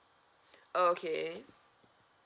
oh okay